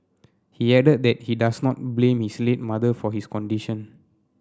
he added that he does not blame his late mother for his condition